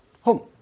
home